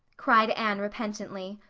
cried anne repentantly.